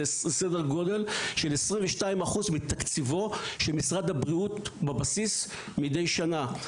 זה סדר גודל של 22% מתקציבו של משרד הבריאות בבסיס מידי שנה,